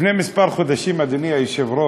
לפני כמה חודשים, אדוני היושב-ראש,